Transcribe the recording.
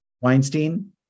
Weinstein